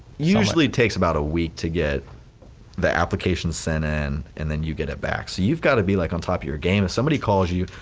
usually it takes about a week to get the application sent in and then you get it back. so you've gotta be like on top of your game. somebody calls you,